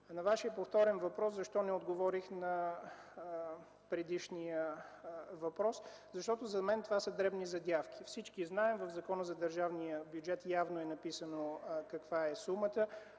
На Вашия повторен въпрос – защо не отговорих на предишния въпрос, защото за мен това са дребни задявки. Всички знаем, в Закона за държавния бюджет явно е написано каква е сумата.